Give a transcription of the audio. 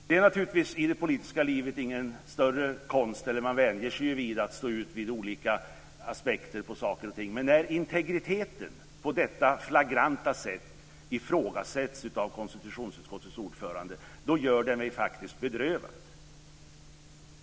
Man vänjer sig ju i det politiska livet att stå ut med olika aspekter på saker och ting, men när integriteten på detta flagranta sätt ifrågasätts av konstitutionsutskottets ordförande gör det mig faktiskt bedrövad.